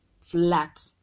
flat